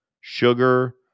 sugar